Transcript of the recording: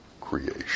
creation